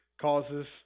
causes